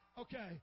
Okay